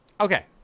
Okay